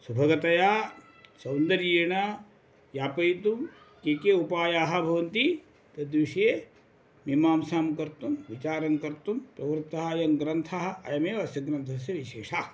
सुभगतया सौन्दर्येण यापयितुं के के उपायाः भवन्ति तद्विषये मिमांसां कर्तुं विचारं कर्तुं प्रवृत्तः अयं ग्रन्थः अयमेव अस्य ग्रन्थस्य विशेषः